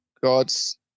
God's